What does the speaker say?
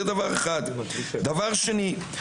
דבר שני,